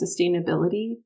sustainability